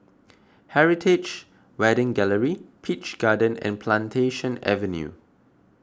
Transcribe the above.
Heritage Wedding Gallery Peach Garden and Plantation Avenue